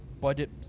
budget